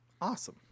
Awesome